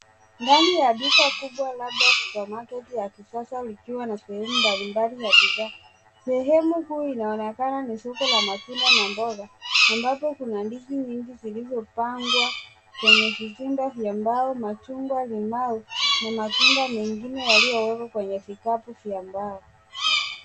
Ndani ya duka kubwa labda supermarket ya kisasa, likiwa na sehemu mbalimbali ya bidhaa. Sehemu kuu inaonekana ni soko la matunda na mboga, ambako kuna ndizi nyingi zilizopangwa kwenye vizinga vya mbao, machungwa, limao na matunda mengine yaliyowekwa kwenye vikapu vya mbao.